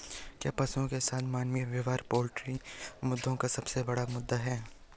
क्या पशुओं के साथ मानवीय व्यवहार पोल्ट्री मुद्दों का सबसे बड़ा मुद्दा है?